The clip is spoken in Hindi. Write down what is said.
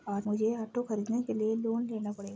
मुझे ऑटो खरीदने के लिए लोन लेना पड़ेगा